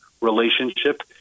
relationship